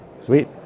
sweet